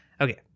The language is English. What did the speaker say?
Okay